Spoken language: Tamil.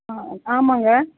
ஆமாம்ங்க